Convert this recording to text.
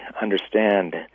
understand